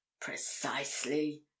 precisely